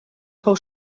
fou